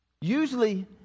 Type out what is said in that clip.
Usually